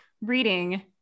reading